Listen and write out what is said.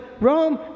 Rome